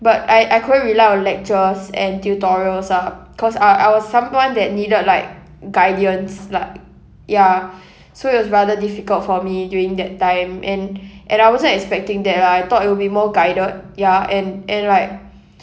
but I I couldn't rely on lectures and tutorials ah cause I I was someone that needed like guidance like ya so it was rather difficult for me during that time and and I wasn't expecting that ah I thought it will be more guided ya and and like